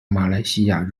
马来西亚